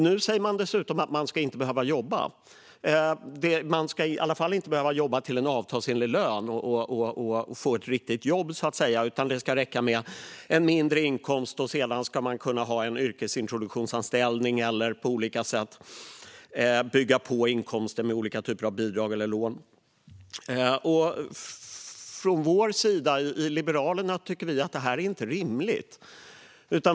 Nu säger man att de som omfattas inte heller ska behöva jobba - i alla fall inte till en avtalsenlig lön på så att säga ett riktigt jobb, utan det ska räcka med en mindre inkomst och sedan en yrkesintroduktionsanställning eller att inkomsten byggs på med olika typer av bidrag eller lån. Från vår sida i Liberalerna tycker vi att det här inte är rimligt.